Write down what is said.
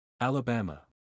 Alabama